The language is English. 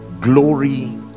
glory